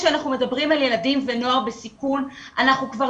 כשאנחנו מדברים על ילדים ונוער בסיכון אנחנו כבר